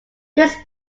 this